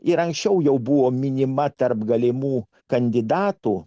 ir anksčiau jau buvo minima tarp galimų kandidatų